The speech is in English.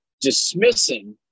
dismissing